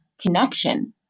connection